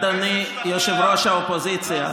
אדוני ראש האופוזיציה,